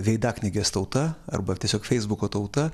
veidaknygės tauta arba tiesiog feisbuko tauta